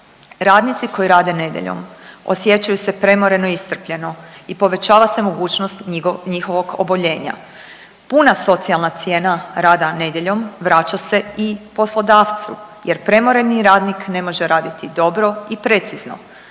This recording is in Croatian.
Radnici koji rade nedjeljom osjećaju se premoreno i iscrpljeno i povećava se mogućnost njihovog oboljenja. Puna socijalna cijena rada nedjeljom vraća se i poslodavcu jer premoreni radnik ne može raditi dobro i precizno,